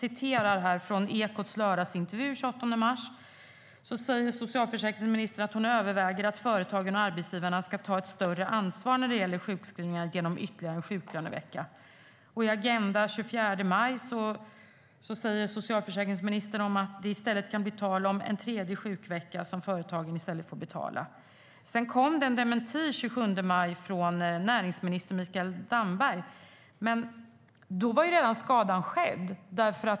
I Ekots lördagsintervju den 28 mars sa socialförsäkringsministern att hon övervägde att företagen och arbetsgivarna ska ta ett större ansvar för sjukskrivningar med en ytterligare sjuklönevecka. I Agenda den 24 maj sa socialförsäkringsministern att det i stället kunde bli tal om en tredje sjuklönevecka som företagen får betala. Det kom en dementi den 27 maj från närings och innovationsminister Mikael Damberg, men då var skadan redan skedd.